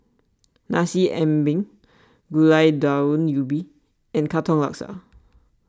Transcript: Nasi Ambeng Gulai Daun Ubi and Katong Laksa